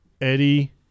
Eddie